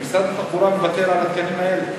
ומשרד התחבורה מוותר על התקנים האלה.